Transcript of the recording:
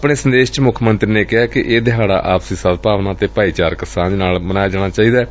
ਆਪਣੇ ਸੰਦੇਸ਼ ਚ ਮੁੱਖ ਮੰਤਰੀ ਨੇ ਕਿਹੈ ਕਿ ਇਹ ਦਿਹਾੜਾ ਆਪਸੀ ਸਦਭਾਵਨਾ ਅਤੇ ਭਾਈਚਾਰਕ ਸਾਂਝ ਨਾਲ ਮਨਾਇਆ ਜਾਣਾ ਚਾਹੀਦੈ